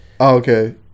Okay